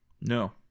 No